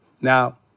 Now